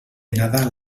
nadal